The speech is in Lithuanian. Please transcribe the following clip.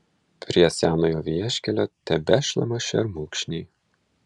prie senojo vieškelio tebešlama šermukšniai